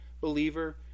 believer